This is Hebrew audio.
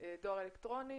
לדואר אלקטרוני